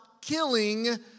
killing